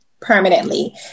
permanently